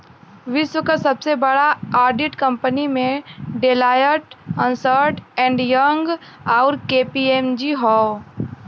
विश्व क सबसे बड़ा ऑडिट कंपनी में डेलॉयट, अन्सर्ट एंड यंग, आउर के.पी.एम.जी हौ